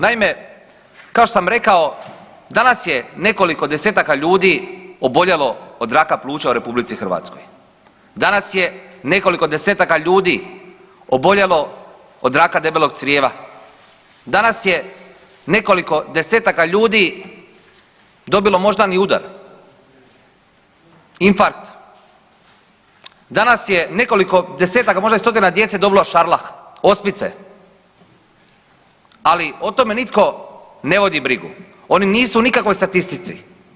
Naime, kao što sam rekao danas je nekoliko desetaka ljudi oboljelo od raka pluća u RH, danas je nekoliko desetaka ljudi oboljelo od raka debelog crijeva, danas je nekoliko desetaka ljudi dobilo moždani udar, infarkt, danas je nekoliko desetaka, a možda i stotina djece dobilo šarlah, ospice, ali o tome nitko ne vodi brigu, oni nisu ni u kakvoj statistici.